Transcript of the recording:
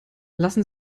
lassen